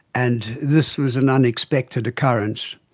and this was an unexpected occurrence.